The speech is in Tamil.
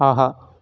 ஆஹா